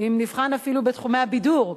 אם נבחן אפילו את תחומי הבידור,